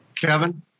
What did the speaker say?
Kevin